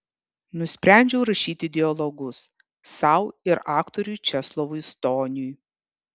nusprendžiau rašyti dialogus sau ir aktoriui česlovui stoniui